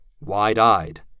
wide-eyed